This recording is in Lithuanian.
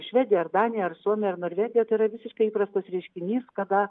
švedija ar danija ar suomija ar norvegija tai yra visiškai įprastas reiškinys kada